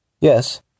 yes